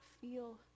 feel